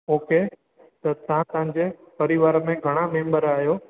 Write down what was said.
okay त तव्हां तव्हांजे परिवार में घणा मेम्बर आहियो